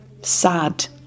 sad